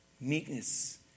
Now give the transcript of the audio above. Meekness